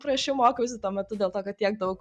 prasčiau mokiausi tuo metu dėl to kad tiek daug